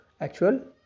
actual